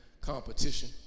competition